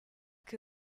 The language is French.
que